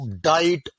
diet